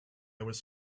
was